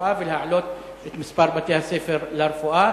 לרפואה ולהעלות את מספר בתי-הספר לרפואה.